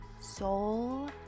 soul